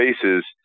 faces